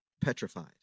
petrified